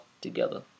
together